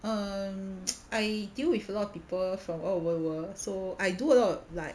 um I deal with a lot of people from all over the world so I do a lot like